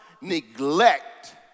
neglect